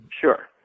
Sure